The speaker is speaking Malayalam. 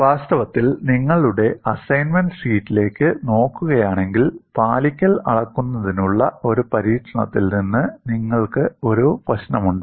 വാസ്തവത്തിൽ നിങ്ങളുടെ അസൈൻമെന്റ് ഷീറ്റിലേക്ക് നോക്കുകയാണെങ്കിൽ പാലിക്കൽ അളക്കുന്നതിനുള്ള ഒരു പരീക്ഷണത്തിൽ നിന്ന് നിങ്ങൾക്ക് ഒരു പ്രശ്നമുണ്ട്